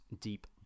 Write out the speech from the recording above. deep